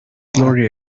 glory